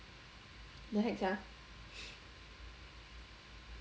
the heck sia